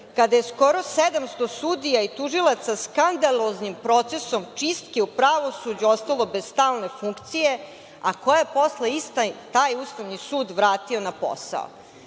kada je skoro 700 sudija i tužilaca skandaloznim procesom čistke u pravosuđu ostalo bez stalne funkcije, a koje je posle taj isti Ustavni sud vratio na posao. Onda